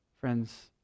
Friends